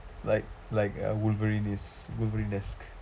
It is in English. like like a wolverine is wolverine esque